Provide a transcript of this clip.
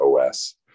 os